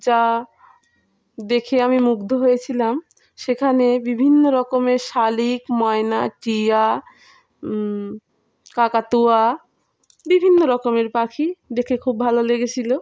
যা দেখে আমি মুগ্ধ হয়েছিলাম সেখানে বিভিন্ন রকমের শালিক ময়না টিয়া কাকাতুয়া বিভিন্ন রকমের পাখি দেখে খুব ভালো লেগেছিলো